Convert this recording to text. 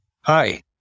Hi